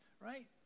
right